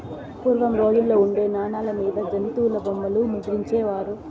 పూర్వం రోజుల్లో ఉండే నాణాల మీద జంతుల బొమ్మలు ముద్రించే వారు